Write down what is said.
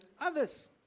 others